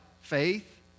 faith